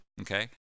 okay